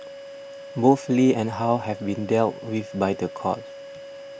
both Lee and how have been dealt with by the court